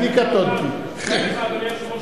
כדאי לך,